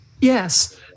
Yes